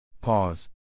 Pause